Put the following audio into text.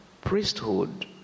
priesthood